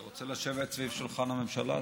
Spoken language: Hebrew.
אתה רוצה לשבת ליד שולחן הממשלה?